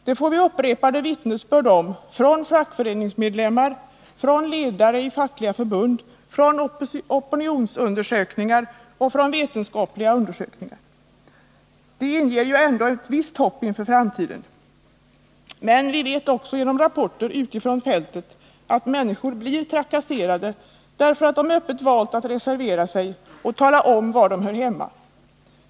Det får vi upprepade vittnesbörd om från fackföreningsmedlemmarna, från ledare inom fackliga förbund, från opinionsundersökningar och från vetenskapliga undersökningar. Detta inger ändå ett visst hopp inför framtiden. Men vi vet också genom rapporter utifrån fältet att människor blir trakasserade därför att de öppet valt att reservera sig och tala om, var de hör hemma.